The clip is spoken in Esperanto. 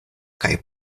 kaj